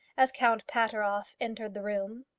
as count pateroff entered the room.